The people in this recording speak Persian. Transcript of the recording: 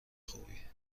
خوبی